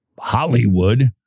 Hollywood